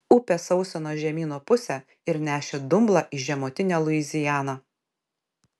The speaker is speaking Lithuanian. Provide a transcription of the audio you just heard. upė sausino žemyno pusę ir nešė dumblą į žemutinę luizianą